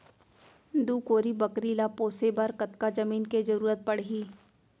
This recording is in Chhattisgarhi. दू कोरी बकरी ला पोसे बर कतका जमीन के जरूरत पढही?